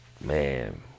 Man